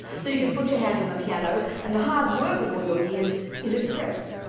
so you can put your hands on the piano and the hard work of all your years is expressed.